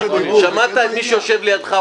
שמעת את מי שיושב לידך,